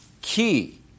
key